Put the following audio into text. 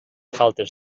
faltes